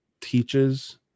teaches